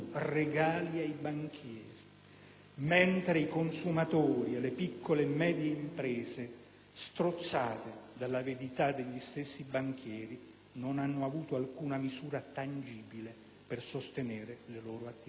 mentre i consumatori e le piccole e medie imprese, strozzate dall'avidità degli stessi banchieri, non hanno avuto alcuna misura tangibile per sostenere le loro attività. *(Applausi del